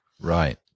Right